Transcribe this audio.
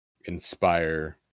inspire